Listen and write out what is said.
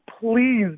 please